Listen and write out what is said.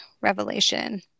Revelation